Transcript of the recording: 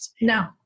No